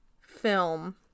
film